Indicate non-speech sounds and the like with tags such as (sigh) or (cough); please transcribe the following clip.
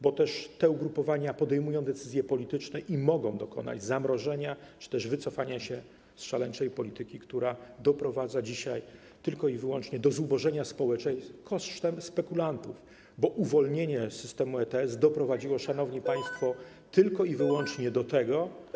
Bo też te ugrupowania podejmują decyzje polityczne i mogą dokonać zamrożenia czy też wycofania się z szaleńczej polityki, która doprowadza dzisiaj tylko i wyłącznie do zubożenia społeczeństw kosztem spekulantów, bo uwolnienie systemu ETS doprowadziło, szanowni (noise) państwo, tylko i wyłącznie do tego.